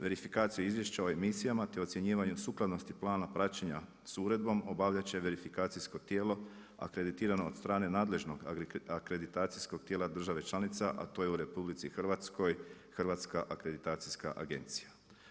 Verifikaciju izvješća o emisijama, te ocjenjivanju sukladnosti plana praćenja s Uredbom, obavlja će verifikacijsko tijelo, a kreditirano od strane nadležnog akreditacijskog tijela država članica, a to je u RH, Hrvatska akreditacijska agencija.